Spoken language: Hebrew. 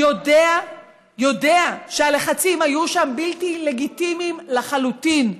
יודע שהלחצים היו שם בלתי לגיטימיים לחלוטין.